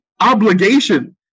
obligation